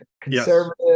conservative